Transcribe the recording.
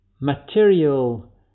material